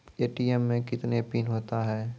ATM मे कितने PIN होता हैं?